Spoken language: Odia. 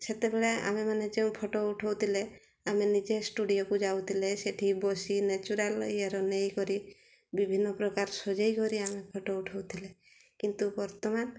ସେତେବେଳେ ଆମେମାନେ ଯେଉଁ ଫଟୋ ଉଠାଉଥିଲେ ଆମେ ନିଜେ ଷ୍ଟୁଡ଼ିଓକୁ ଯାଉଥିଲେ ସେଠି ବସି ନେଚୁରାଲ୍ ଇଏର ନେଇକରି ବିଭିନ୍ନ ପ୍ରକାର ସଜାଇକରି ଆମେ ଫଟୋ ଉଠାଉଥିଲେ କିନ୍ତୁ ବର୍ତ୍ତମାନ